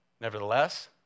Nevertheless